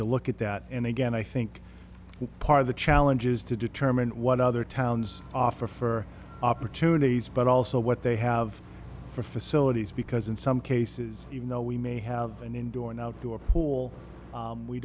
to look at that and again i think part of the challenge is to determine what other towns offer for opportunities but also what they have for facilities because in some cases even though we may have an indoor and outdoor pool